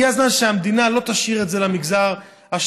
הגיע הזמן שהמדינה לא תשאיר את זה למגזר השלישי.